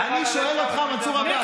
אני מציע לך לרדת כמה שיותר מהר.